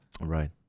Right